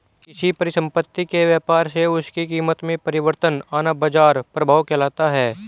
किसी परिसंपत्ति के व्यापार से उसकी कीमत में परिवर्तन आना बाजार प्रभाव कहलाता है